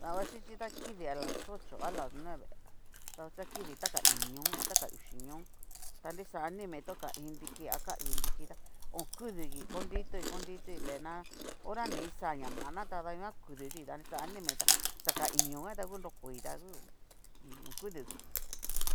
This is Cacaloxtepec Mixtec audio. Dabaxhichí ta kidi alas ocho a las nueve dabaxhichí ta kidi ta ka íín ñoo a ta ka uxi ñoo, ta nrixa animai ta ka iin nriki a ta ka uu nriki tá okudugi konritoi konritoi nre na hora ni kixa ñamana tada nguan kudu tui ta nrixa animai ta xa ka iño nguan ta hu nrokoi tá ngu ru okudungi.